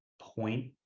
point